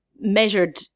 measured